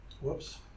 Whoops